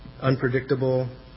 unpredictable